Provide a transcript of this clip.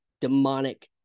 demonic